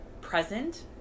present